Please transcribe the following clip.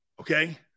Okay